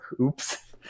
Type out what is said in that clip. oops